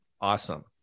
Awesome